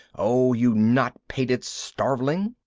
oh, you nott-pated starveling!